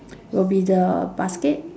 will be the basket